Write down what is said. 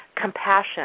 compassion